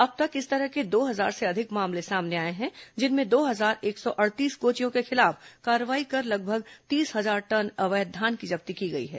अब तक इस तरह के दो हजार से अधिक मामले सामने आए हैं जिनमें दो हजार एक सौ अड़तीस कोचियों के खिलाफ कार्रवाई कर लगभग तीस हजार टन अवैध धान की जब्ती की गई है